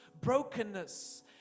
brokenness